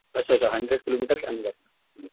अच्छा अच्छा hundred kilometre के अंदर जी